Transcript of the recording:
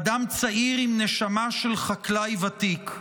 אדם צעיר עם נשמה של חקלאי ותיק.